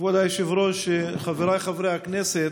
כבוד היושב-ראש, חבריי חברי הכנסת,